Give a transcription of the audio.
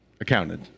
accounted